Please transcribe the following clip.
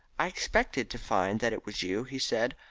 i expected to find that it was you, he said.